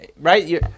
right